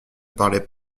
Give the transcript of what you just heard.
parlaient